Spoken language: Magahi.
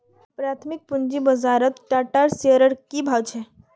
प्राथमिक पूंजी बाजारत टाटा शेयर्सेर की भाव छ